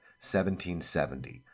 1770